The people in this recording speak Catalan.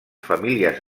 famílies